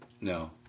no